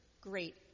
great